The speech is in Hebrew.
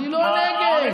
אני לא נגד.